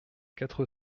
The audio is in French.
quatre